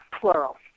plural